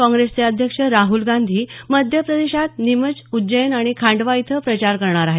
काँग्रेसचे अध्यक्ष राहल गांधी मध्य प्रदेशात नीमच उज्जैन आणि खांडवा इथं प्रचार करणार आहेत